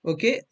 Okay